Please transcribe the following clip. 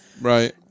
Right